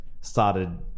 started